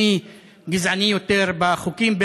מי גזעני יותר בחוקים.